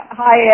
hi